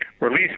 release